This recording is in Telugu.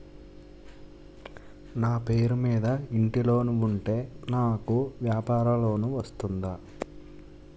నా పేరు మీద ఇంటి లోన్ ఉంటే నాకు వ్యాపార లోన్ వస్తుందా?